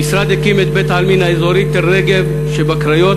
המשרד הקים את בית-העלמין האזורי "תל-רגב" בקריות,